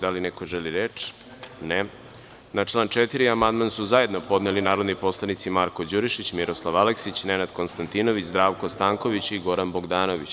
Da li neko želi reč? (Ne) Na član 4. amandman su zajedno podneli narodni poslanici Marko Đurišić, Miroslav Aleksić, Nenad Konstantinović, Zdravko Stanković i Goran Bogdanović.